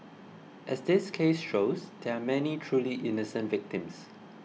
as this case shows there are many truly innocent victims